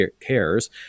cares